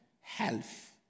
health